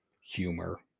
humor